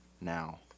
now